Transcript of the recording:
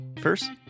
first